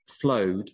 flowed